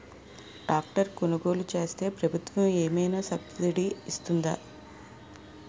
Tractor కొనుగోలు చేస్తే ప్రభుత్వం ఏమైనా సబ్సిడీ ఇస్తుందా?